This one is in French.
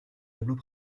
tableau